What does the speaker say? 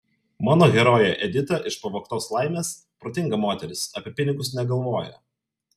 mano herojė edita iš pavogtos laimės protinga moteris apie pinigus negalvoja